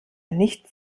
nichts